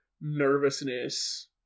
nervousness